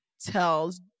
tells